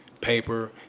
paper